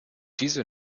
diese